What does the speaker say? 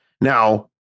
now